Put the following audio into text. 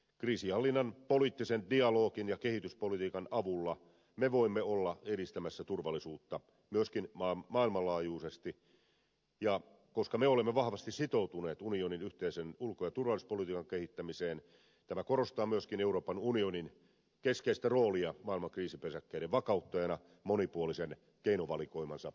kriisinhallinnan poliittisen dialogin ja kehityspolitiikan avulla me voimme olla edistämässä turvallisuutta myöskin maailmanlaajuisesti ja koska me olemme vahvasti sitoutuneet unionin yhteisen ulko ja turvallisuuspolitiikan kehittämiseen tämä korostaa myöskin euroopan unionin keskeistä roolia maailman kriisipesäkkeiden vakauttajana monipuolisen keinovalikoimansa ansiosta